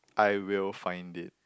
I will find it